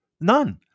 none